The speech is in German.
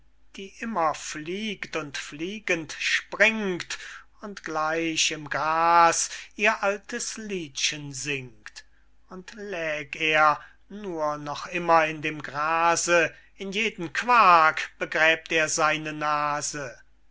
die immer fliegt und fliegend springt und gleich im gras ihr altes liedchen singt und läg er nur noch immer in dem grase in jeden quark begräbt er seine nase